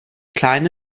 kleine